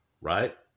Right